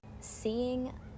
seeing